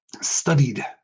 studied